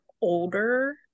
older